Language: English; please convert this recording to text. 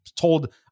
told